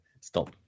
stop